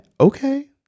okay